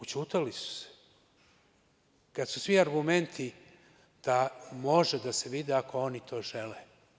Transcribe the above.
Ućutali su se, kad su svi argumenti da može da se vide ako oni to žele.